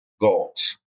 goals